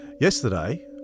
yesterday